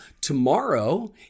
tomorrow